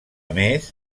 més